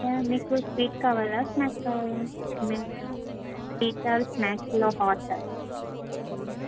మీకు స్వీట్ కావాలా స్నాక్స్ కావాలా ఐమీన్ స్వీట్ ఆర్ స్నాక్స్లో హాట్